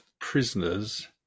prisoners